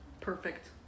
Perfect